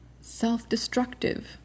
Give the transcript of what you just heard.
self-destructive